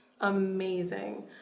amazing